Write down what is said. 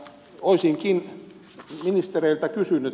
olisinkin ministereiltä kysynyt